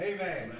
Amen